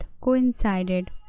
coincided